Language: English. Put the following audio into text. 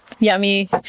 yummy